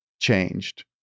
changed